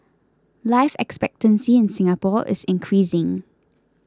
life expectancy in Singapore is increasing